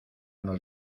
nos